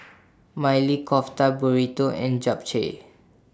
Maili Kofta Burrito and Japchae